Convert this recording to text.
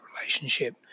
relationship